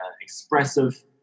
expressive